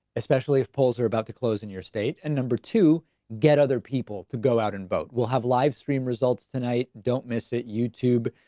especially if poles are about to close in your state, and number two, get other people to go out and vote. we'll have live stream results tonight. don't miss it, youtube,